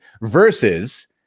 versus